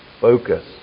focus